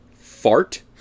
fart